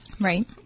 Right